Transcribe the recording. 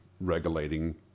regulating